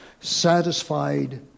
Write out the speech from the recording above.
satisfied